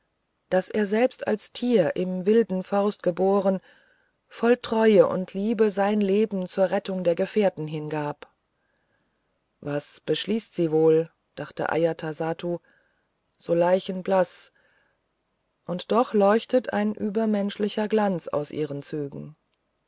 daß er selbst als tier im wilden forst geboren voll treue und liebe sein leben zur rettung der gefährten hingab was beschließt sie wohl dachte ajatasattu so leichenblaß und doch leuchtet ein übermenschlicher glanz aus ihren zügen